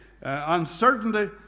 uncertainty